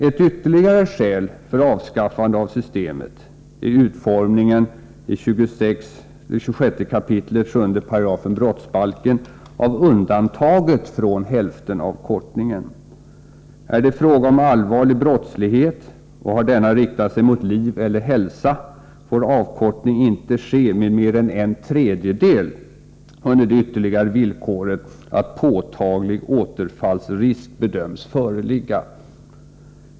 Ett ytterligare skäl för avskaffande av systemet är utformningen i 26 kap. 7 § brottsbalken av undantaget från hälftenavkortningen. Är det fråga om allvarlig brottslighet och har denna riktat sig mot liv eller hälsa, får avkortning inte ske med mer än en tredjedel under det ytterligare villkoret att påtaglig återfallsrisk bedöms föreligga.